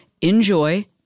enjoy